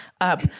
up